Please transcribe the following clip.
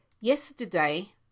yesterday